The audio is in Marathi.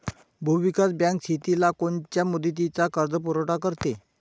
भूविकास बँक शेतीला कोनच्या मुदतीचा कर्जपुरवठा करते?